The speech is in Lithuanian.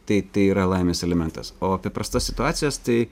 tai tai yra laimės elementas o apie prastas situacijas tai